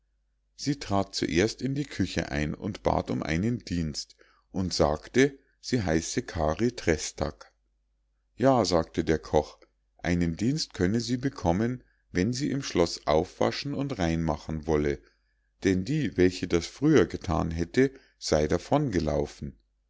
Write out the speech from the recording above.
sie trat zuerst in die küche ein und bat um einen dienst und sagte sie heiße kari trästak ja sagte der koch einen dienst könne sie bekommen wenn sie im schloß aufwaschen und rein machen wolle denn die welche das früher gethan hätte sei davon gelaufen